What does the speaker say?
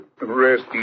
Rest